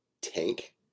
tank